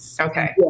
Okay